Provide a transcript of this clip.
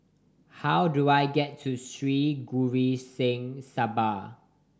how do I get to Sri Guru Singh Sabha